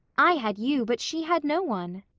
i had you, but she had no one.